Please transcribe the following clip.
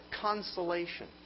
consolation